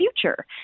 future